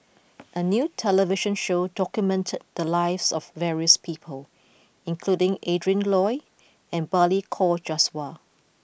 a new television show documented the lives of various people including Adrin Loi and Balli Kaur Jaswal